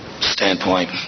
standpoint